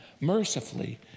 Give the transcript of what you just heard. mercifully